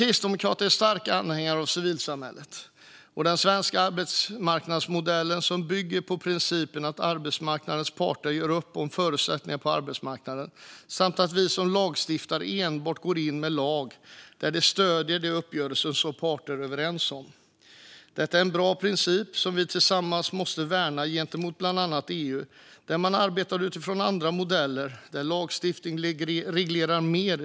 Kristdemokraterna är starka anhängare av civilsamhället och den svenska arbetsmarknadsmodellen, som bygger på principen att arbetsmarknadens parter gör upp om förutsättningarna på arbetsmarknaden och att vi som lagstiftare enbart går in med lag där detta stöder de uppgörelser som parterna är överens om. Detta är en bra princip som vi tillsammans måste värna gentemot bland annat EU, där man arbetar utifrån andra modeller enligt vilka lagstiftning reglerar mer.